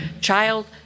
child